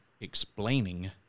explaining